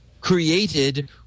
created